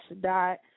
Dot